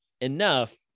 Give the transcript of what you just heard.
enough